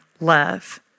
love